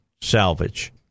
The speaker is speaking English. Salvage